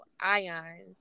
ions